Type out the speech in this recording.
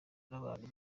n’abantu